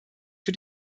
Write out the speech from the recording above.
für